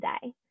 today